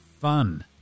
fun